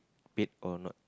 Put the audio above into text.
paid or not